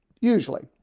usually